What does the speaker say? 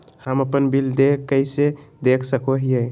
हम अपन बिल देय कैसे देख सको हियै?